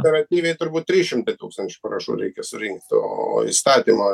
peratyviai turbūt trys šimtai tūkstančių parašų reikia surinkt to įstatymo